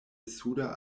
suda